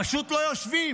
פשוט לא יושבים.